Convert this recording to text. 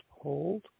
Hold